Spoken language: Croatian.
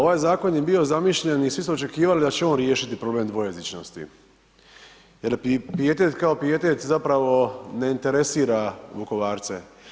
Ovaj zakon je bio zamišljen i svi smo očekivali da će on riješiti problem dvojezičnosti jer pijetet kao pijetet zapravo ne interesira Vukovarce.